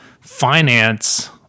finance